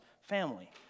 family